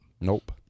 Nope